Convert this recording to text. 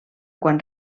quan